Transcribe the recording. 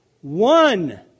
one